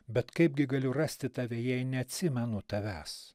bet kaipgi galiu rasti tave jei neatsimenu tavęs